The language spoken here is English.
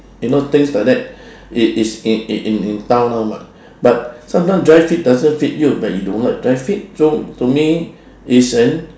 you know things like that it is in in in in town now but but sometimes dri fit doesn't fit you but you don't like dri fit so to me it's an